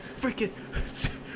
freaking